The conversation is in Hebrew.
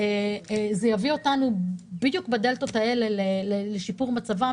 זה יביא אותנו בדיוק בדלתות האלה לשיפור מצבן